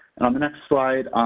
and on the next slide,